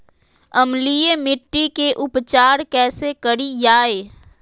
अम्लीय मिट्टी के उपचार कैसे करियाय?